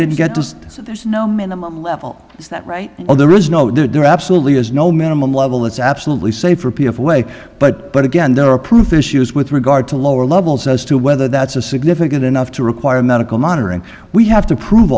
didn't get to so there's no minimum level is that right or there is no there absolutely is no minimum level that's absolutely safe for p f way but but again there are proof issues with regard to lower levels as to whether that's a significant enough to require medical monitoring we have to prove